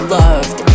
loved